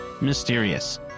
mysterious